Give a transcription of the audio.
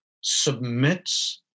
submits